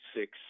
six